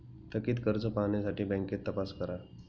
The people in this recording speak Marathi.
थकित कर्ज पाहण्यासाठी बँकेत तपास करा